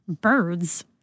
birds